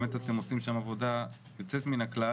אתם באמת עושים שם עבודה יוצאת מן הכלל